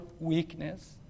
weakness